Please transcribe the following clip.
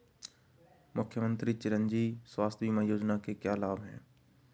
मुख्यमंत्री चिरंजी स्वास्थ्य बीमा योजना के क्या लाभ हैं?